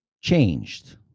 changed